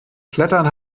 klettern